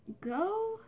Go